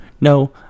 No